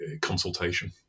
consultation